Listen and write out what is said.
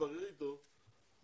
תבררי איתו,